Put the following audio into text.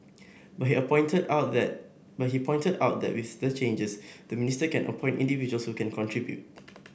but he appointed out that but he pointed out that with the changes the minister can appoint individuals who can contribute